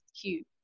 cute